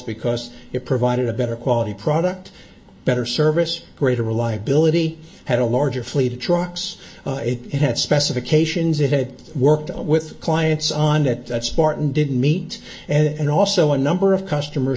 because it provided a better quality product better service greater reliability had a larger fleet of trucks it had specifications it had worked with clients on it that spartan didn't meet and also a number of customers